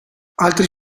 altri